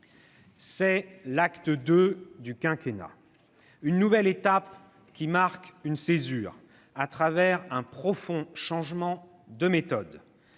C'est " l'acte II " du quinquennat ; une nouvelle étape qui marque une césure, à travers un profond changement de méthode,